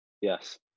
Yes